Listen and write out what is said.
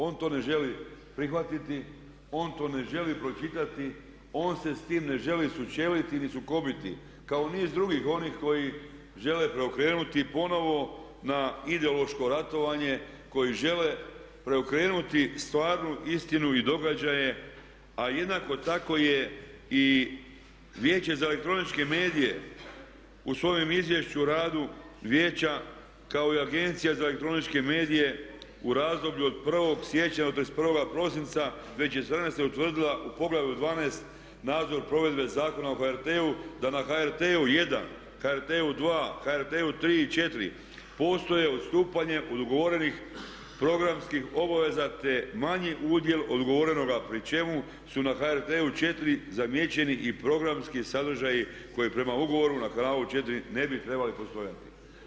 On to ne želi prihvatiti, on to ne želi pročitati, on se s tim ne želi sučeliti, nit sukobiti kao niz drugih onih koji žele preokrenuti ponovo na ideološko ratovanje, koji žele preokrenuti stvarnu istinu i događaje a jednako tako je i Vijeće za elektroničke medije u svojem izvješću o radu Vijeća kao i Agencija za elektroničke medije u razdoblju od 1. siječnja do 31. prosinca 2014. utvrdila u poglavlju XII. nadzor provedbe Zakona o HRT-u, da na HRT1, HRT2, HRT3 i četiri postoji odstupanje od ugovorenih programskih obaveza, te manji udjel od ugovorenoga pri čemu su na HRT-u 4 zamijećeni i programski sadržaji koji prema ugovoru na kanalu četiri ne bi trebali postojati.